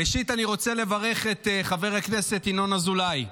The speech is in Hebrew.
ראשית, אני רוצה לברך את חבר הכנסת ינון אזולאי.